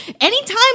Anytime